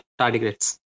tardigrades